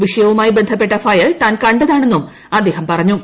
വിഷയവുമായി ബന്ധപ്പെട്ട ഫയൽ താൻ കണ്ടതാണെന്നും അദ്ദേഹം പറഞ്ഞു